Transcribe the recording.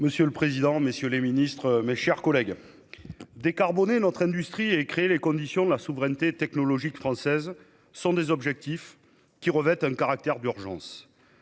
Monsieur le président, messieurs les ministres, mes chers collègues, décarboner notre industrie et créer les conditions de notre souveraineté technologique constituent des objectifs dont la réalisation revêt un caractère d'urgence.